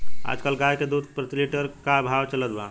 आज कल गाय के दूध प्रति लीटर का भाव चलत बा?